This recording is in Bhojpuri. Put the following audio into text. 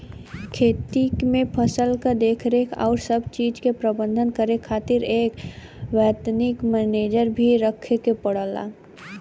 खेती में फसल क देखरेख आउर सब चीज के प्रबंध करे खातिर एक वैतनिक मनेजर भी रखे के पड़ला